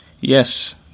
Yes